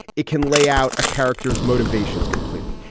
it can lay out a character's motivations completely.